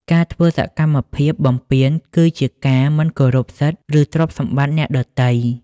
ការធ្វើសកម្មភាពបំពានគឺជាការមិនគោរពសិទ្ធិ ឬទ្រព្យសម្បត្តិអ្នកដទៃ។